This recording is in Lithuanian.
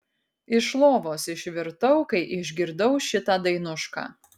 iš lovos išvirtau kai išgirdau šitą dainušką